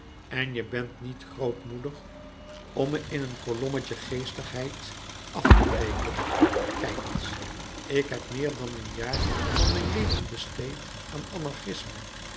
en je bent niet grootmoedig om me in een kolommetje geestigheid af te breken kijk eens ik heb meer dan een jaar van mijn leven besteed aan anarchisme